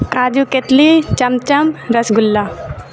کاجو katli cham cham rasgulla